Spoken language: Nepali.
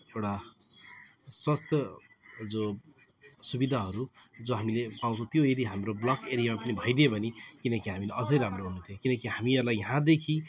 एउटा स्वास्थ्य जो सुविधाहरू जो हामीले पाउँछौँ त्यो यदि हाम्रो ब्लक एरियामा पनि भइदिए भने किनकि हामीलाई अझ राम्रो हुन्थ्यो किनकि हामीहरूलाई यहाँदेखि